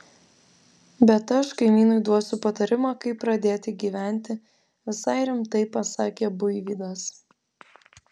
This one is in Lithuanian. bet aš kaimynui duosiu patarimą kaip pradėti gyventi visai rimtai pasakė buivydas